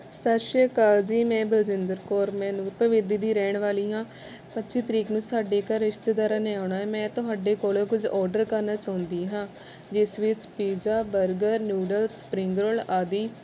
ਸਤਿ ਸ਼੍ਰੀ ਅਕਾਲ ਜੀ ਮੈਂ ਬਲਜਿੰਦਰ ਕੌਰ ਮੈਂ ਨੂਰਪੁਰ ਬੇਦੀ ਦੀ ਰਹਿਣ ਵਾਲੀ ਹਾਂ ਪੱਚੀ ਤਰੀਕ ਨੂੰ ਸਾਡੇ ਘਰ ਰਿਸ਼ਤੇਦਾਰਾਂ ਨੇ ਆਉਣਾ ਹੈ ਮੈਂ ਤੁਹਾਡੇ ਕੋਲੋਂ ਕੁਝ ਆਰਡਰ ਕਰਨਾ ਚਾਹੁੰਦੀ ਹਾਂ ਜਿਸ ਵਿੱਚ pizza burger noodles spring roll ਆਦਿ